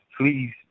please